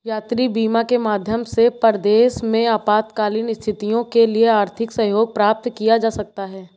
यात्री बीमा के माध्यम से परदेस में आपातकालीन स्थितियों के लिए आर्थिक सहयोग प्राप्त किया जा सकता है